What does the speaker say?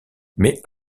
mais